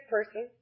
person